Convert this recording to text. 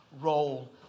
role